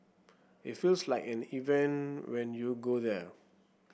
it feels like an event when you go there